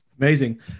amazing